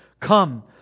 Come